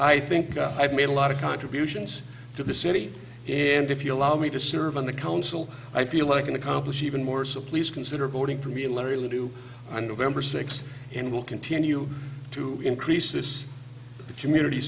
i think i've made a lot of contributions to the city and if you allow me to serve on the council i feel i can accomplish even more so please consider voting for me larry we do on november sixth and will continue to increase this community